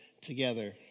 together